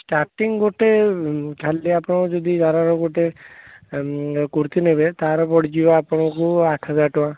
starting ଗୋଟେ ଖାଲି ଆପଣ ଯଦି ଜାରାର ଗୋଟେ କୁର୍ତ୍ତୀ ନେବେ ତା'ହେଲେ ପଡ଼ିଯିବ ଆପଣଙ୍କୁ ଆଠ ହଜାର ଟଙ୍କା